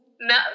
no